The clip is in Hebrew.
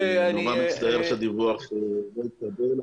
אני מצטער שהדיווח לא התקבל.